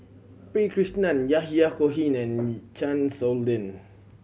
P Krishnan Yahya Cohen and Chan Sow Lin